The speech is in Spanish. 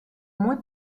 muy